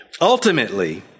Ultimately